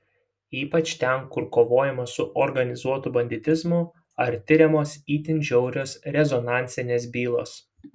ypač ten kur kovojama su organizuotu banditizmu ar tiriamos itin žiaurios rezonansinės bylos